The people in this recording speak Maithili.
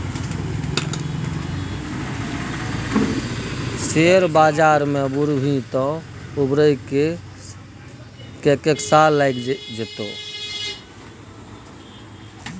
शेयर बजार मे बुरभी तँ उबरै मे कैक साल लगि जेतौ